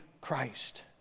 Christ